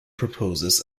proposes